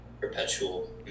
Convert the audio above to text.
perpetual